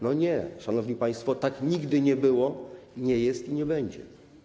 No nie, szanowni państwo, tak nigdy nie było, nie jest i nie będzie.